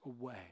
away